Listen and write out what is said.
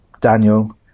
Daniel